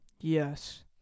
Yes